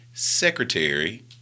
Secretary